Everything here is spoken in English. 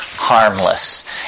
harmless